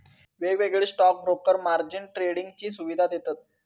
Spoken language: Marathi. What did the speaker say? वेगवेगळे स्टॉक ब्रोकर मार्जिन ट्रेडिंगची सुवीधा देतत